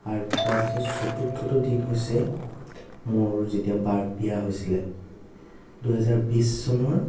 আৰু তাৰপিছত চতুৰ্থটো দিন হৈছে মোৰ যেতিয়া বাৰ বিয়া হৈছিল দুহেজাৰ বিশ চনৰ